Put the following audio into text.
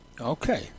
Okay